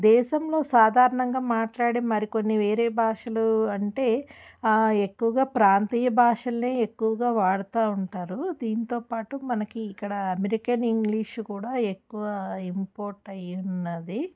దేశంలో సాధారణంగా మాట్లాడే మరికొన్ని వేరే భాషలు అంటే ఎక్కువగా ప్రాంతీయ భాషలనే ఎక్కువగా వాడతూ ఉంటారు దీంతో పాటు మనకి ఇక్కడ అమెరికన్ ఇంగ్లీష్ కూడా ఎక్కువ ఇంపోర్ట్ అయ్యి ఉన్నది